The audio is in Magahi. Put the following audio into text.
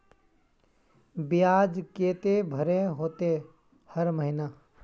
बियाज केते भरे होते हर महीना?